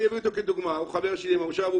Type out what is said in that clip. היא חבר שלי במושב.